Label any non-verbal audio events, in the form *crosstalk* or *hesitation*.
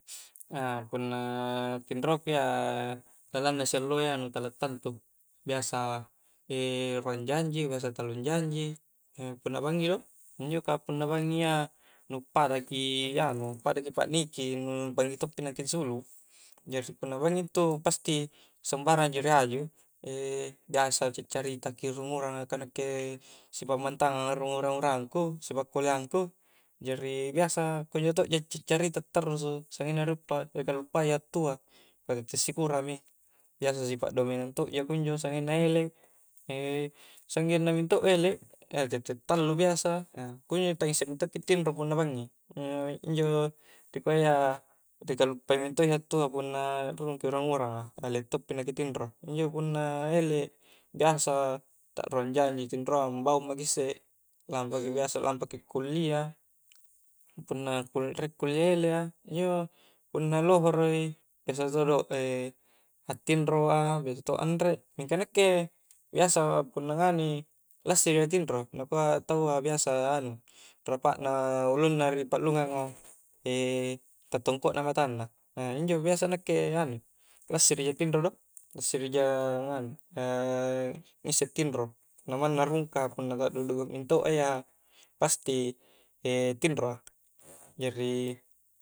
*hesitation* punna tinroku iya lalang na sialloa iya nu tala tantu biasa *hesitation* ruang jang ji biasa tallung jang ji apalagi punna bangngi do injo ka punna bangngi iya nu paddaki anu padaki pakniki nu bangngi todo pi nampa suluk, jari punna bangngi intu pasti sembarang ji ri haju *hesitation* biasa cari'caritaki rung urang a ka nakke sipammantangngang a rung urang urang ku sipakkuliang ku jari biasa kunjo todo jkin cari'carita tarrusu sanggenna ri kaluppai hattua angkua tette sikurami biasa sipakdomengang to ja kunjo sanggenna elek, sanggenna mintodo elek edd, tettek tallu biasa *hesitation* kunjo tala ngissek mintodo ki tinro punna bangngi, injo ruikuanyya rikaluppai miontodo i hattua punna rurung ki urang urang a, elek to pi naki tinro, injo punna elek biasa ta ruang jang tinroa mbaung mki issek, lampa ki biasa lampaki kuliah, punna riek kuliah elek a, injo punna lohoro i biasa todo a tinro a biasa to anrek, mingka nakke biasa punna nganui lassiri a tinro, nakua taua biasa anu rapak na ulunna ri paklungang a *hesitation* tattongkok na matang na, *hesitation* injo biasa anu *hesitation* lassirija tinro do, lassiri ja nganu ngissek tinro namanna rungka punna takdukduk mintodo a ia pasti *hesitation* tinroa, jari